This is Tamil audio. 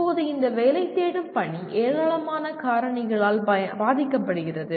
இப்போது இந்த வேலை தேடும் பணி ஏராளமான காரணிகளால் பாதிக்கப்படுகிறது